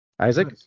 Isaac